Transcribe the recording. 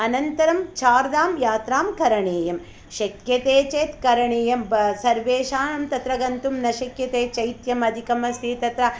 अनन्तरं चार्धाम् यात्रा करणीया शक्यते चेत् करणीयं सर्वेषां तत्र गन्तुं न शक्यते शैत्यमधिकमस्ति तत्र